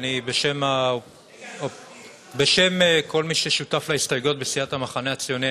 בשם כל מי ששותף להסתייגויות בסיעת המחנה הציוני,